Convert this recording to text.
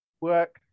Work